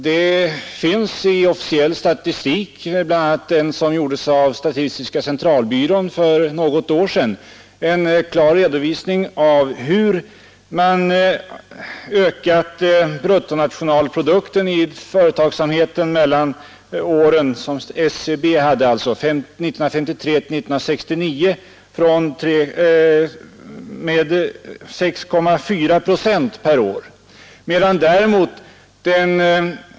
Det finns i officiell statistik, bl.a. i den som gjordes av statistiska centralbyrån för något år sedan, en klar redovisning av hur man ökat bruttonationalprodukten i företagsamheten mellan åren 1953 och 1969 med 6,4 procent per år.